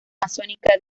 masónica